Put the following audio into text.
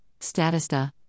Statista